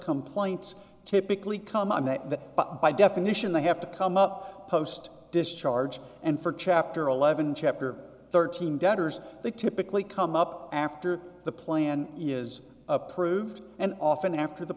complaints typically come on that but by definition they have to come up post discharge and for chapter eleven chapter thirteen debtors they typically come up after the plan is approved and often after the